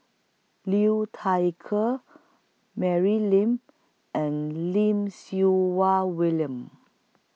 Liu Thai Ker Mary Lim and Lim Siew Wah William